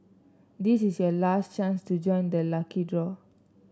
this is your last chance to join the lucky draw